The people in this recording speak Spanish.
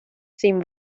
sin